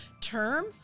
term